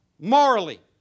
morally